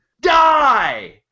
die